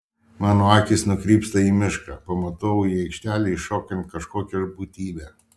mano akys nukrypsta į mišką pamatau į aikštelę įšokant kažkokią būtybę